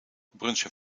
brunchen